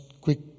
quick